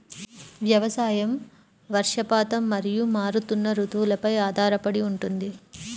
వ్యవసాయం వర్షపాతం మరియు మారుతున్న రుతువులపై ఆధారపడి ఉంటుంది